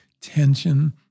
tension